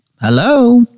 hello